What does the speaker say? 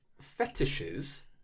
fetishes